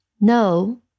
No